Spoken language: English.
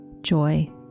joy